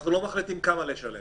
אנחנו לא מחליטים כמה לשלם.